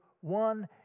one